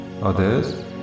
others